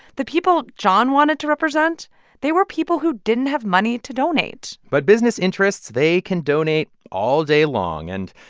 the people jon wanted to represent they were people who didn't have money to donate but business interests they can donate all day long. and,